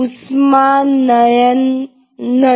ઉષ્માનયન નથી